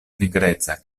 nigreca